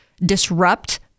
disrupt